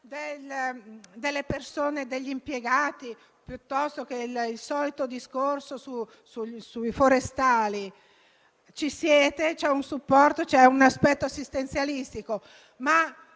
esempio degli enti locali - piuttosto che il solito discorso sui forestali. Ci siete, c'è un supporto, c'è un aspetto assistenzialistico, ma